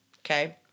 Okay